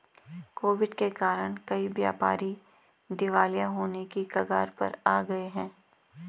Covid के कारण कई व्यापारी दिवालिया होने की कगार पर आ गए हैं